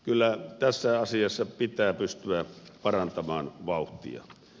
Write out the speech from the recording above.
kyllä tässä asiassa pitää pystyä parantamaan vauhtia